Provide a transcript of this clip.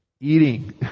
eating